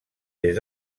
des